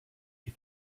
you